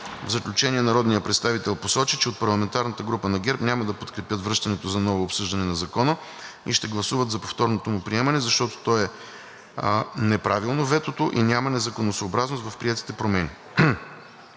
В заключение, народният представител посочи, че от парламентарната група на ГЕРБ няма да подкрепят връщането за ново обсъждане на закона и ще гласуват за повторното му приемане, защото ветото е неправилно и няма незаконосъобразност в приетите промени.